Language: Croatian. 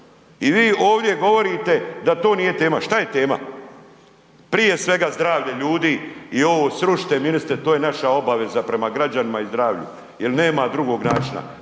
I vi ovdje govorite da to nije tema. Šta je tema? Prije svega zdravlje ljudi i ovo srušite ministre to je naša obaveza prema građanima i zdravlju jel nema drugog načina.